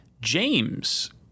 James